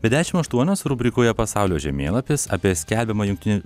be dešimt aštuonios rubrikoje pasaulio žemėlapis apie skelbiamą jungtinių